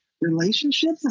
relationships